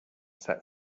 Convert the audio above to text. set